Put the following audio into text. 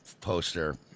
poster